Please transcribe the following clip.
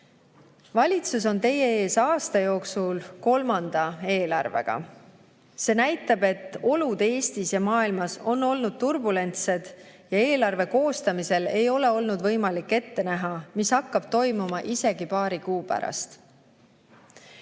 Valitsus on teie ees aasta jooksul kolmanda eelarvega. See näitab, et olud Eestis ja mujal maailmas on olnud turbulentsed ning eelarve koostamisel ei ole olnud võimalik ette näha isegi seda, mis hakkab toimuma paari kuu pärast.